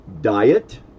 Diet